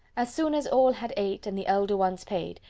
as soon as all had ate, and the elder ones paid,